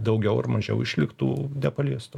daugiau ar mažiau išliktų nepaliesta